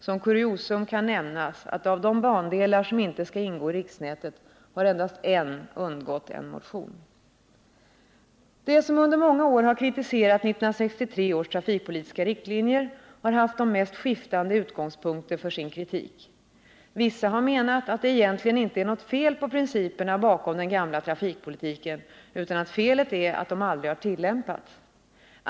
Som kuriosum kan nämnas att av de bandelar som inte skall ingå i riksnätet har endast en undgått en De som under många år har kritiserat 1963 års trafikpolitiska riktlinjer har haft de mest skiftande utgångspunkter för sin kritik. Vissa har menat att det egentligen inte är något fel på principerna bakom den gamla trafikpolitiken utan att felet är att de aldrig har tillämpats.